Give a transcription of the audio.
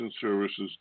services